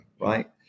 right